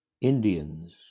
Indians